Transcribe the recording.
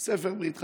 את ספר הברית החדשה?